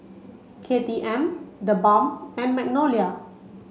K T M TheBalm and Magnolia